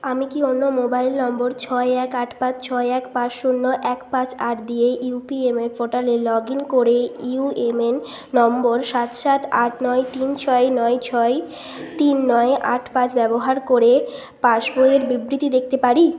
আমি কি অন্য মোবাইল নাম্বার ছয় এক আট পাঁচ ছয় এক পাঁচ শূন্য এক পাঁচ আট দিয়ে ইউপিএমএ পোর্টালে লগ ইন করে ইউএমএন নম্বর সাত সাত আট নয় তিন ছয় নয় ছয় তিন নয় আট পাঁচ ব্যবহার করে পাসবইয়ের বিবৃতি দেখতে পারি